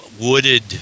wooded